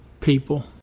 people